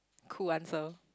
cool answer